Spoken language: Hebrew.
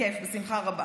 בכיף, בשמחה רבה.